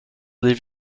leave